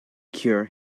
cure